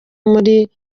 muri